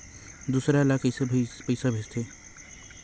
दूसरा ला कइसे पईसा भेजथे?